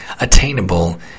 attainable